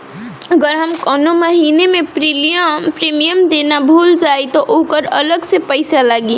अगर हम कौने महीने प्रीमियम देना भूल जाई त ओकर अलग से पईसा लागी?